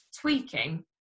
tweaking